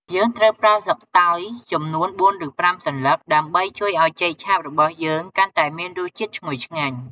យើងត្រូវប្រើស្លឹកតើយចំនួន ៤ ឬ ៥សន្លឹក ដើម្បីជួយឱ្យចេកឆាបរបស់យើងកាន់តែមានរសជាតិឈ្ងុយឆ្ងាញ់។